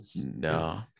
No